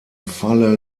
falle